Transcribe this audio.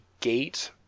gate